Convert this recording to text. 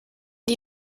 die